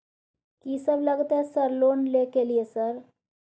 कि सब लगतै सर लोन ले के लिए सर?